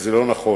כי זה לא נכון,